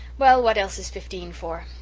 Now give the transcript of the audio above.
well, what else is fifteen for?